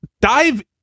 dive